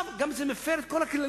זה גם מפר את כל הכללים.